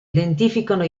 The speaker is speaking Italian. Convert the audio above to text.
identificano